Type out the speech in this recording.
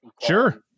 Sure